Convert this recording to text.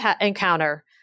encounter